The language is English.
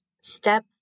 step